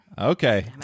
Okay